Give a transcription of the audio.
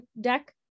deck